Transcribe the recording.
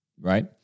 right